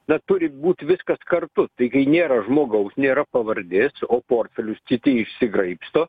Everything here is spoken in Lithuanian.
na turi būti viskas kartu tai kai nėra žmogaus nėra pavardės o portfelius kiti išsigraibsto